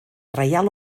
reial